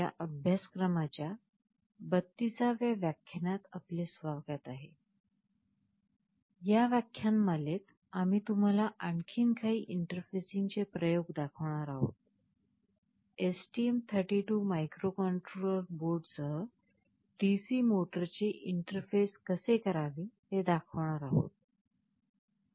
या व्याख्यानमालेत आम्ही तुम्हाला आणखी काही इंटरफेसिंगचे प्रयोग दाखवणार आहोत STM32 मायक्रोकंट्रोलर बोर्डसह DC मोटरचे इंटरफेस कसे करावे ते दाखवणार आहोत